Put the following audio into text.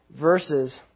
verses